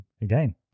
again